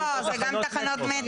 לא, זה גם תחנות מטרו.